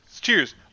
cheers